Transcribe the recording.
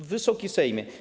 Wysoki Sejmie!